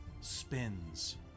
spins